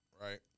right